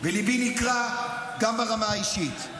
וליבי נקרע גם ברמה האישית.